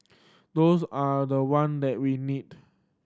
those are the one that we need